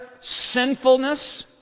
sinfulness